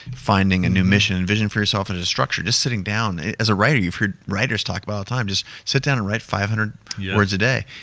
finding a new mission and vision for self and a structure. just sitting down as a writer, you've heard writers talk about all the time, just sit down and write five hundred words a day,